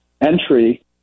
entry